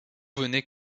venait